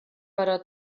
però